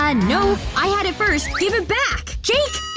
uhhh, no! i had it first! give it back! jake!